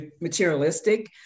materialistic